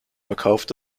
verkauft